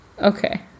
Okay